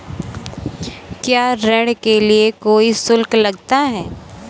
क्या ऋण के लिए कोई शुल्क लगता है?